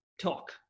talk